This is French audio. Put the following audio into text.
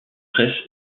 presse